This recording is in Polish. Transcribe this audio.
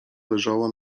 leżała